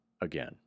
again